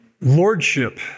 Lordship